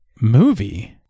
movie